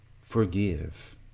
forgive